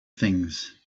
things